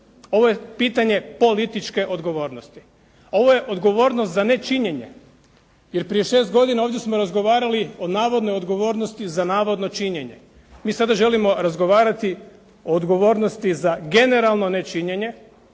Ovo je pitanje političke odgovornosti, ovo je odgovornost za nečinjenje jer prije šest godina ovdje smo razgovarali o navodnoj odgovornosti za navodno činjenje, mi sada želimo razgovarati o odgovornosti za generalno nečinjenje